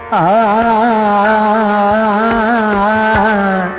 aa